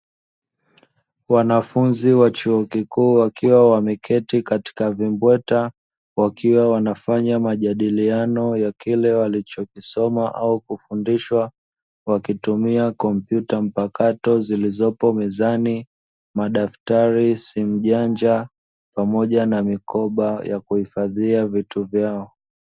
Wanafunzi wa chuo kikuu wakiwa wameketi katika vimbweta, wakiwa wanafanya majadiliano ya kile walicho kisoma au kufundishwa, wakitumia kompyuta mpakato zilizopo mezani, madaftari, simu janja pamoja na mikoba ya kuhifadhia vitu vyao.